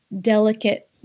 delicate